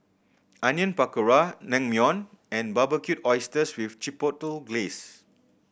Onion Pakora Naengmyeon and Barbecued Oysters with Chipotle Glaze